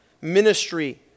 ministry